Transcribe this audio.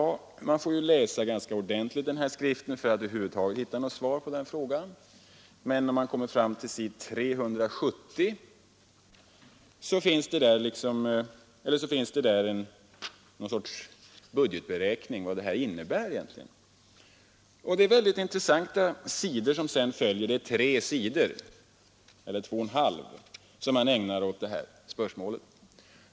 Man får läsa den här skriften ganska ordentligt för att över huvud taget hitta något svar på den frågan. När man kommer fram till s. 370 finner man något slags budgetberäkning. Det är några mycket intressanta sidor därefter som ägnas åt detta spörsmål.